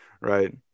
Right